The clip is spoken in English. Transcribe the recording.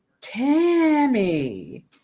Tammy